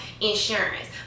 insurance